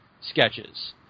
sketches